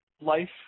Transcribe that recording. life